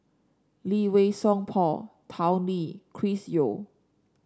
Lee Wei Song Paul Tao Li Chris Yeo